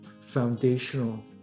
foundational